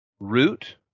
Root